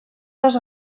les